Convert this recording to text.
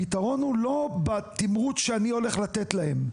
הפתרון הוא לא בתמרוץ שאני הולך לתת להם,